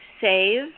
save